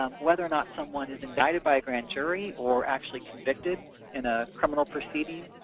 um whether or not someone is indicted by a grand jury or actually convicted in a criminal proceeding,